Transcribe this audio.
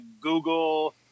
Google